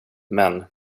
men